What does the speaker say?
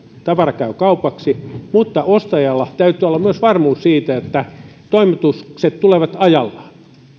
tavara käy kaupaksi mutta ostajalla täytyy olla myös varmuus siitä että toimitukset tulevat ajallaan